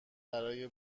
برای